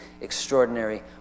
extraordinary